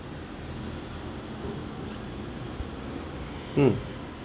mm